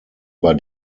über